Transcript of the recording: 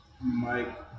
Mike